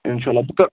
اِنشاء اللہ بہٕ کَر